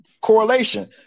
Correlation